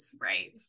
right